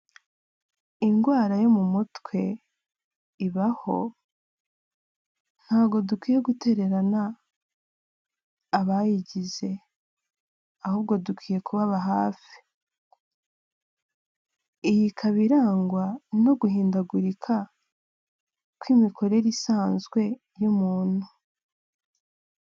Indwara yo mu mutwe ibaho, ntago dukwiye gutererana abayigize. Ahubwo dukwiye kubaba hafi. Iyi ikaba irangwa no guhindagurika kw'imikorere isanzwe y'umuntu.